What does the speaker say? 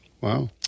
Wow